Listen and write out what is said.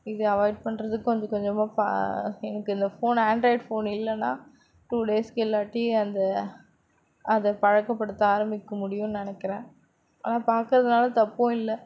இதை அவாய்ட் பண்ணுறதுக்கு கொஞ்சம் கொஞ்சமாக எனக்கு இந்த ஃபோனு ஆன்ட்ராய்ட் ஃபோன் இல்லைனா டூ டேஸுக்கு இல்லாட்டி அந்த அதை பழக்கப்படுத்த ஆரம்பிக்க முடியும்னு நினைக்கிறேன் ஆனால் பாக்கிறதுனால தப்பும் இல்லை